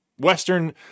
Western